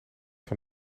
van